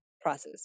process